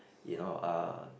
you know uh